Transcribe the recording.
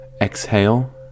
Exhale